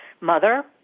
mother